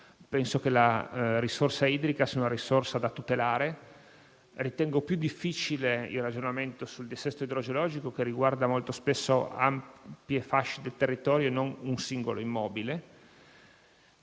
Penso che la risorsa idrica sia da tutelare, ma ritengo più difficile il ragionamento sul dissesto idrogeologico, che riguarda molto spesso ampie fasce di territorio e non un singolo immobile.